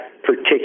particular